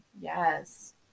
Yes